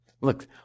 Look